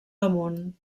damunt